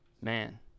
Man